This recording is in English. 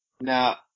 Now